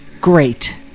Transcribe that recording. Great